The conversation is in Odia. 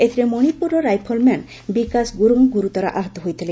ଏଥିରେ ମଣିପୁରର ରାଇଫଲମ୍ୟାନ ବିକାଶ ଗୁରୁଙ୍ଗ ଗୁରୁତର ଆହତ ହୋଇଥିଲେ